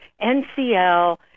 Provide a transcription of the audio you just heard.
NCL